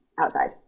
outside